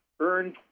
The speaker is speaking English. earned